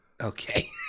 okay